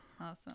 Awesome